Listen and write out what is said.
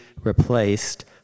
replaced